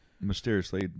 mysteriously